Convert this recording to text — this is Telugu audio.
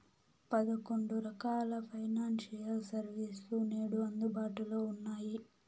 పదకొండు రకాల ఫైనాన్షియల్ సర్వీస్ లు నేడు అందుబాటులో ఉన్నాయి